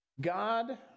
God